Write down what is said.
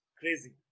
crazy